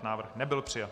Návrh nebyl přijat.